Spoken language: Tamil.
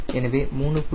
எனவே 3